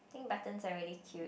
think buttons are really cute